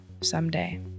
someday